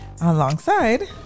Alongside